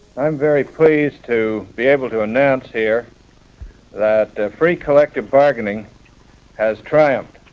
i'm very pleased to be able to announce here that free collective bargaining has triumphed.